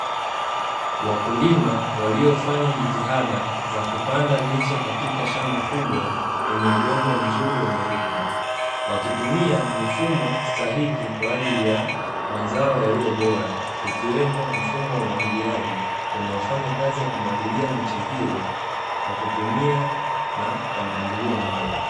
Wakulima waliofanya jitihada za kupanda miche katika shamba kubwa kwenye udongo mzuri wenye rutuba, wakitumia mifumo stahiki kwa ajili ya mazao yaliyobora ikiwemo mfumo wa umwagiliaji unaofanya kazi ya kumwagilia miche hiyo kwa kutumia na kwa mpangilio maalumu.